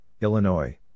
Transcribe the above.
Illinois